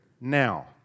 Now